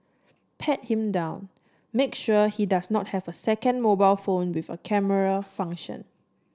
pat him down make sure he does not have a second mobile phone with a camera function